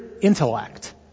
intellect